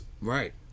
right